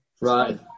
Right